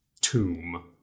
tomb